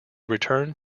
returned